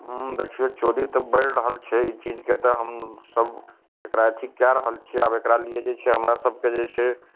हूँ देखिऔ चोरी तऽ बढ़ि रहल छै ई चीजके तऽ हमसभ एकरा अथी कै रहल छिए आब एकरालिए जे छै हमरासभकेँ जे छै